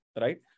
right